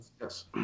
Yes